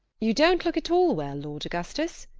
you don't look at all well, lord augustus.